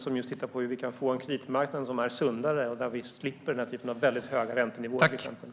Den tittar på hur vi kan få en sundare kreditmarknad, där vi slipper till exempel den typ av höga räntenivåer som finns.